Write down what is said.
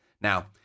Now